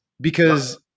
because-